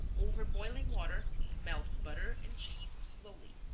over boiling water melt butter and cheese slowly,